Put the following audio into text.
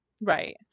Right